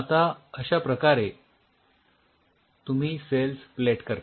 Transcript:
आता अश्या प्रकारे तुम्ही सेल्स प्लेट करता